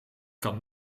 kan